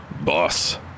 boss